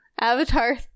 avatar